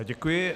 Děkuji.